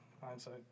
Hindsight